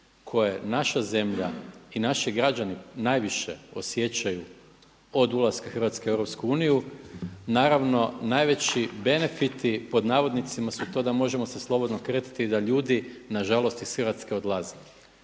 koje naša zemlja i naši građani najviše osjećaju od ulaska Hrvatske u EU. Naravno najveći benfiti pod navodnicima su to da možemo se slobodno kretati i da ljudi nažalost iz Hrvatske odlaze.